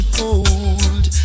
cold